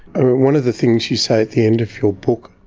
one of the things you said at the end of your book,